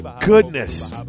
goodness